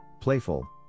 playful